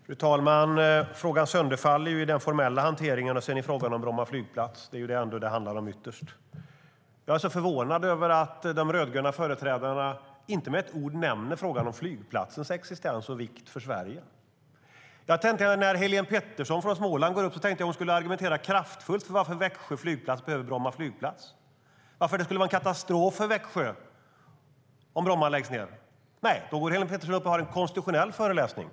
Fru talman! Frågan sönderfaller i den formella hanteringen och i fråga om Bromma flygplats som är det som den ytterst handlar om. Jag är förvånad över att de rödgröna företrädarna inte med ett ord nämner frågan om flygplatsens existens och vikt för Sverige. När Helene Petersson från Småland gick upp i debatten tänkte jag att hon skulle argumentera kraftfullt för varför Växjö flygplats behöver Bromma flygplats och varför det skulle vara en katastrof för Växjö om Bromma läggs ned. Men det gjorde hon inte, utan hon gick upp och hade en konstitutionell föreläsning.